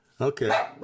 Okay